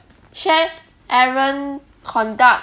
chef aaron conduct